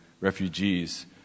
refugees